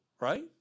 right